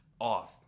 off